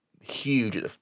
huge